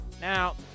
Now